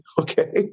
Okay